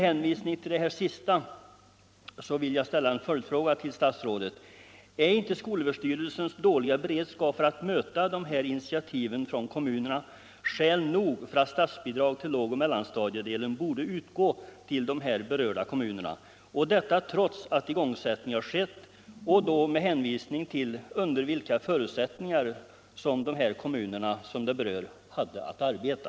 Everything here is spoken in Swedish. Är inte skolöverstyrelsens dåliga beredskap för att möta de här initiativen från kommunerna skäl nog för att statsbidrag till lågoch mellanstadiedelen borde utgå till de berörda kommunerna? Borde inte statsbidrag utgå trots att igångsättning skett och med hänvisning till under vilka förutsättningar de här kommunerna hade att arbeta?